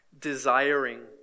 desiring